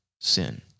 sin